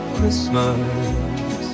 Christmas